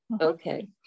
Okay